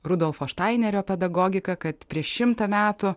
rudolfo štainerio pedagogika kad prieš šimtą metų